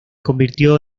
convirtió